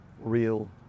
real